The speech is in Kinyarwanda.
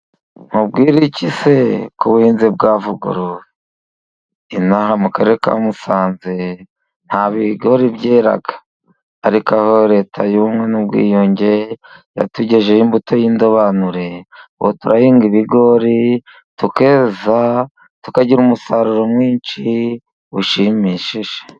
Nkubwire iki se ko ubuhinzi bwavuguruwe! Inaha mu Karere ka Musanze nta bigori byeraga, ariko aho Leta y'Ubumwe n'Ubwiyunge yatugejejeho imbuto y'indobanure, ubu turahinga ibigori tukeza, tukagira umusaruro mwinshi, ushimishije.